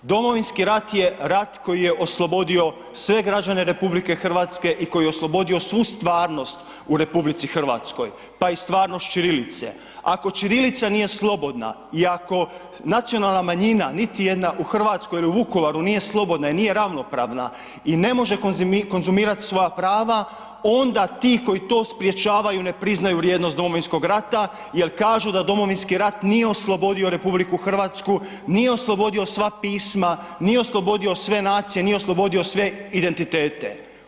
Domovinski rat je rat koji je oslobodio sve građane RH i koji je oslobodio svu stvarnost u RH, pa i stvarnost ćirilice, ako ćirilica nije slobodna i ako nacionalna manjina niti jedna u Hrvatskoj ili u Vukovaru nije slobodna i nije ravnopravna i ne može konzumirati svoja prava onda ti koji to sprječavaju ne priznaju vrijednost Domovinskog rata jer kažu da Domovinski rat nije oslobodio RH, nije oslobodio sva pisma nije oslobodio sve nacije, nije oslobodio sve identitete.